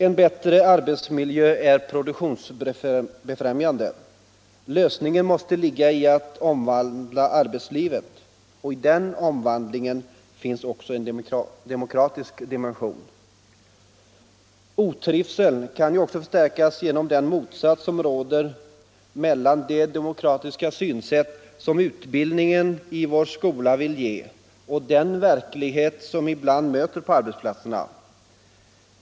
En bättre arbetsmiljö är produktionsbefrämjande. Lösningen måste ligga i att omvandla arbetslivet, och i den omvanlingen finns också en demokratisk dimension. Otrivseln kan ju också förstärkas genom den motsats som råder mellan det demokratiska synsätt som utbildningen i vår skola vill ge och den verklighet som ibland möter på arbetsplatserna.